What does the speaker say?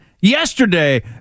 yesterday